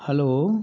hello